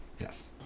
Yes